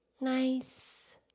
Nice